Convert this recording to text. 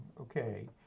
Okay